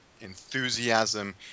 enthusiasm